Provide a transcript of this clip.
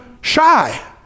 shy